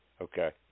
Okay